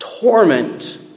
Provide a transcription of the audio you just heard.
torment